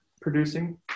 producing